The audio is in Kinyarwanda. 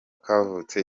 kavutse